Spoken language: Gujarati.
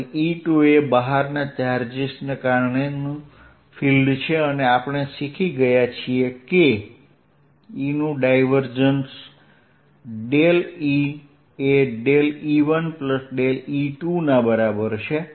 અને E2 એ બહારના ચાર્જીસને કારણેનું ફિલ્ડ છે અને આપણે શીખી ગયા કે E નું ડાયવર્જન્સ ∇E એ ∇E1 ∇E2 ના બરાબર છે